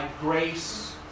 grace